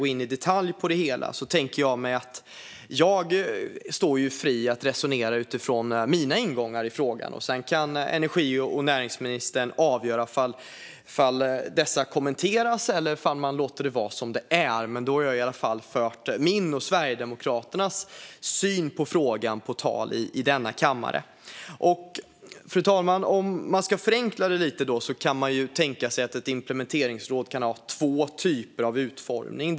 Även om ministern inte kan gå in i detalj står jag fri att resonera utifrån min ingång i frågan. Energi och näringsministern kan sedan avgöra om hon vill kommentera det eller inte, men då har jag i alla fall fört fram min och Sverigedemokraternas syn på frågan. Fru talman! Lite förenklat kan man tänka sig att ett implementeringsråd kan utformas på två sätt.